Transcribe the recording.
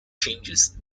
changes